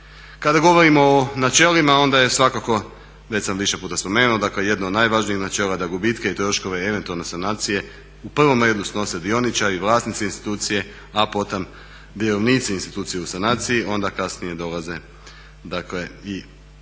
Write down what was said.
Kada govorimo o načelima onda je svakako već sam više puta spomenuo, dakle jedno od najvažnijih načela da gubitke i troškove eventualno sanacije u prvom redu snose dioničari, vlasnici institucije a potom vjerovnici institucije u sanaciji onda kasnije dolaze dakle